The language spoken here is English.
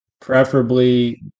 Preferably